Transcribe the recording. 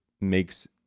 makes